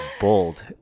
bold